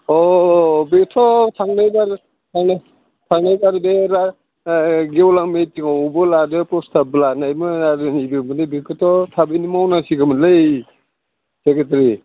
अ बेथ' थांनाय थांनाय टारगेटा गेवलां मिथिंआवबो लादो फ्रसथाब लानायमोन आरो नैबियावबो बिखोथ' थाबैनो मावनां सिगौमोनलै सेक्रेटारि